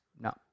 no